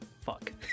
Fuck